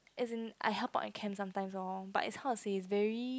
as in I helped out in camps sometimes lor but is how to say it's very